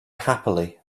happily